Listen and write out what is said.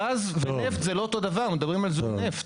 גז ונפט זה לא אותו דבר, מדברים על זיהום נפט.